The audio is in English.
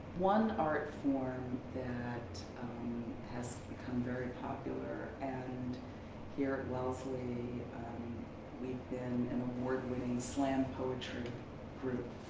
one art form that has become very popular and here at wellesley we've been an award winning slam poetry group.